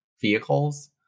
vehicles